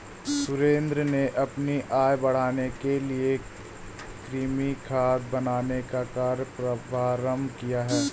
सुरेंद्र ने अपनी आय बढ़ाने के लिए कृमि खाद बनाने का कार्य प्रारंभ किया